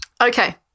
Okay